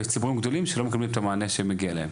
ציבורים גדולים שלא מקבלים את המענה שמגיע להם.